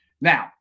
Now